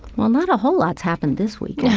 well, not a whole lot's happened this week yeah